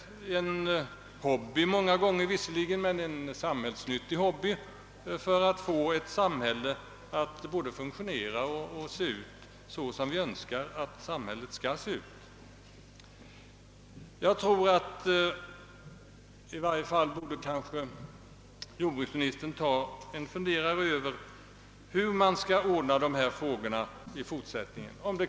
Det är visserligen många gånger en hobby, men det är en allmännyttig sådan som hjälper oss att få ett samhälle att både fungera och se ut som vi önskar. Jag tror att i varje fall jordbruksministern borde ta sig en funderare över hur man skall lösa dessa frågor i fortsättningen.